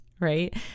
right